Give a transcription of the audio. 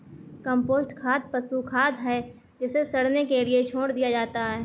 compost खाद पशु खाद है जिसे सड़ने के लिए छोड़ दिया जाता है